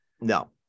No